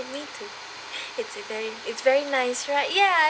you need to its very it's very nice right ya